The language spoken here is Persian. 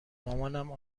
مامانم